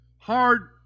Hard